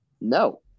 No